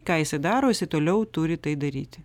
ką jis daro jisai toliau turi tai daryti